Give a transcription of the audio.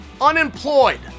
unemployed